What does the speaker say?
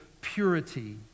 purity